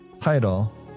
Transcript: title